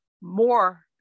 more